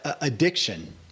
addiction